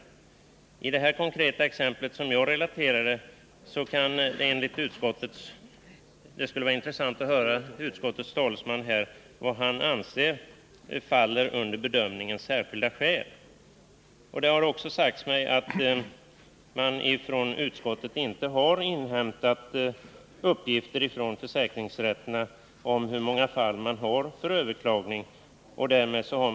Med hänvisning till det konkreta exempel som jag relaterade skulle det vara intressant att höra vad utskottets talesman anser faller under bedömningen särskilda skäl. Det har sagts mig att utskottet inte har inhämtat uppgifter från försäkringsrätterna om hur många fall dessa har som gäller överklagning av beslut i sådana här ärenden.